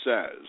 says